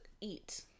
eat